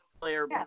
player